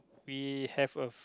we have a f~